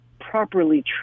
properly